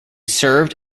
served